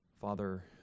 Father